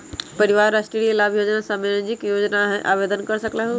राष्ट्रीय परिवार लाभ योजना सामाजिक योजना है आवेदन कर सकलहु?